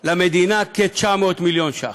למדינה כ-900 מיליון ש"ח.